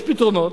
יש פתרונות,